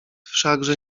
wszakże